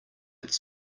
its